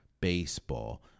baseball